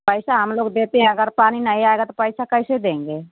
पैसा हम लोग देते हैं अगर पानी नहीं आएगा तो पैसा कैसे देंगे